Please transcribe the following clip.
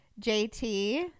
JT